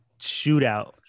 Shootout